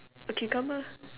a cucumber